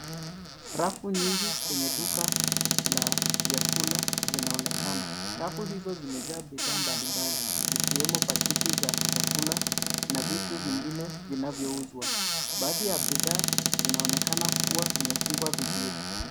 Rafu nyingi kwenye duka la vyakula zinaonekana, rafu hizo zimejaa bidhaa mbalimbali zikiwemo paketi za chakula na vitu vingine vinavyouzwa, baadhi ya bidhaa inaonekana kuwa imefungwa vizuri.